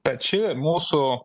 tad ši mūsų